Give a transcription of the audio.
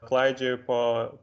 klaidžioji po